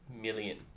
million